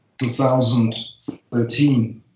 2013